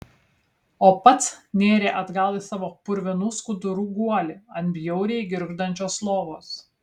o pats nėrė atgal į savo purvinų skudurų guolį ant bjauriai girgždančios lovos